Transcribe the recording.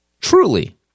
Truly